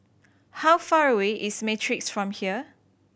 how far away is Matrix from here